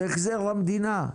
החזר למדינה.